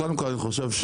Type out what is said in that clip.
קודם כל,